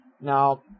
Now